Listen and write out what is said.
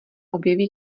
objeví